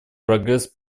прогресс